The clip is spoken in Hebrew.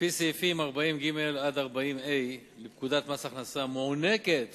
על-פי סעיפים 40ג 40ה לפקודת מס הכנסה, מוענקת